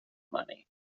money